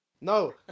No